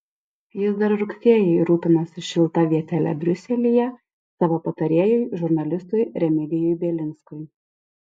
jis dar rugsėjį rūpinosi šilta vietele briuselyje savo patarėjui žurnalistui remigijui bielinskui